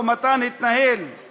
וכשזה קורה בתוך הצבא אנחנו